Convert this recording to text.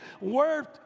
worth